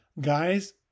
Guys